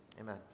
Amen